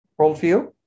worldview